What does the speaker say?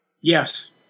yes